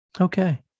Okay